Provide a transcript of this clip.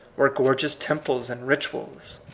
or gorgeous temples and rituals.